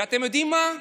ואתם יודעים מה?